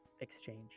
exchange